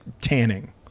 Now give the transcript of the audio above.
tanning